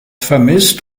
vermisst